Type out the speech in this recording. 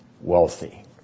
wealthy